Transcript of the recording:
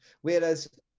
whereas